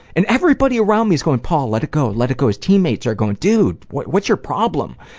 and everybody around me's going, paul, let it go. let it go. his teammates are going, dude, what's your problem?